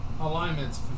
Alignment's